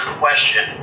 question